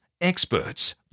experts